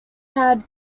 had